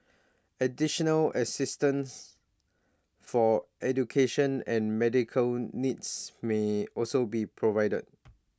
additional assistance for education and medical needs may also be provided